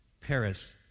Paris